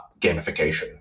gamification